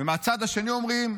ומהצד השני אומרים: